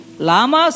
Lama